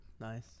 Nice